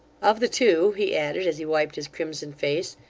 of the two he added, as he wiped his crimson face,